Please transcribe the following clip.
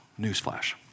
newsflash